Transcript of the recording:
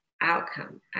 outcome